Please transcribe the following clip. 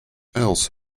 else